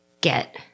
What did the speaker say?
get